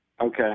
Okay